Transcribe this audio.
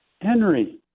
Henry